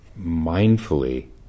mindfully